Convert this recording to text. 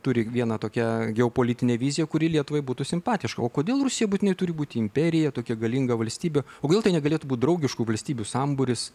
turi viena tokia geopolitinė vizija kuri lietuvai būtų simpatiška o kodėl rusija būtinai turi būti imperija tokia galinga valstybė o kodėl tai negalėtų būt draugiškų valstybių sambūris